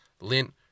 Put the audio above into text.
Lint